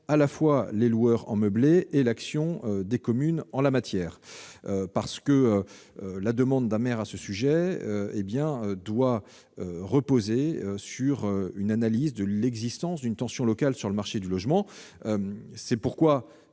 à la fois les loueurs en meublé et l'action des communes en la matière. En effet, la demande du maire doit reposer sur une analyse de l'existence d'une tension locale sur le marché du logement. C'est pourquoi